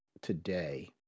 today